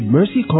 Mercy